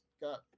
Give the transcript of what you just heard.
got